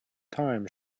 thyme